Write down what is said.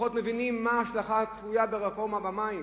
פחות מבינים מה ההשלכה הצפויה של הרפורמה במים